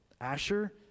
Asher